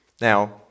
Now